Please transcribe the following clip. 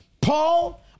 Paul